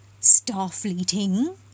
Starfleeting